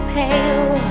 pale